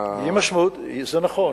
זה נכון.